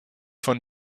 von